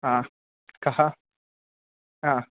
हा कः हा